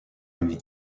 lui